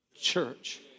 church